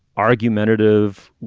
argumentative,